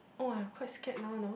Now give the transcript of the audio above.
oh I'm quite scared now you know